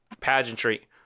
pageantry